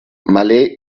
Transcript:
malé